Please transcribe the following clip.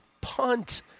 Punt